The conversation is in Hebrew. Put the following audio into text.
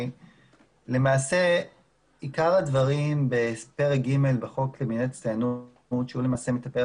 למעשה עיקר הדברים בפרק ג' בחוק למניעת הסתננות שהוא מטפל